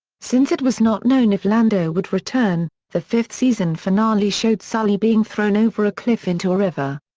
since it was not known if lando would return, the fifth season finale showed sully being thrown over a cliff into a river.